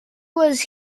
was